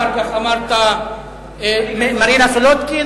אחר כך אמרת מרינה סולודקין,